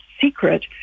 secret